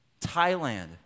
Thailand